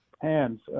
Hands